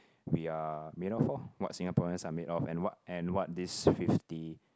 we are made of orh what Singaporeans are made of and what and what this fifty